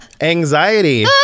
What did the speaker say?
Anxiety